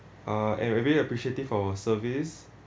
uh and really appreciative for her service